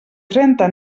trenta